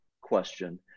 question